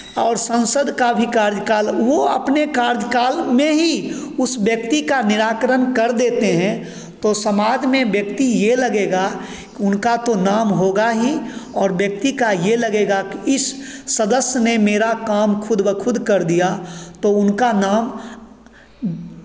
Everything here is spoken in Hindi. और संसद का भी कार्यकाल वो अपने कार्यकाल में ही उस व्यक्ति का निराकरण कर देते हैं तो समाज में व्यक्ति ये लगेगा कि उनका तो नाम होगा ही और व्यक्ति को ये लगेगा कि इस सदस्य ने मेरा काम खुद ब खुद कर दिया तो उनका नाम